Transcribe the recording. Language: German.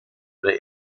oder